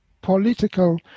political